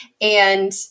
And-